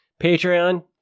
Patreon